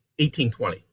1820